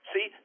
See